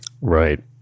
Right